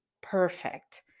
perfect